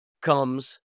comes